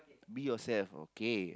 be yourself okay